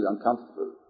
uncomfortable